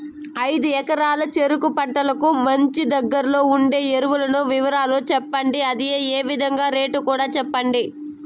ఐదు ఎకరాల చెరుకు పంటకు మంచి, దగ్గర్లో ఉండే ఎరువుల వివరాలు చెప్పండి? అదే విధంగా రేట్లు కూడా చెప్పండి?